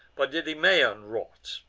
by didymaon wrought,